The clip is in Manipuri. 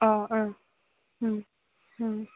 ꯑ ꯑ ꯎꯝ ꯎꯝ